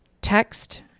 text